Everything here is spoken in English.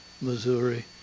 Missouri